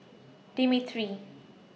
Dimitri